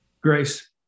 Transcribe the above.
grace